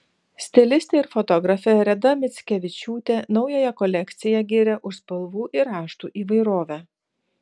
stilistė ir fotografė reda mickevičiūtė naująją kolekciją giria už spalvų ir raštų įvairovę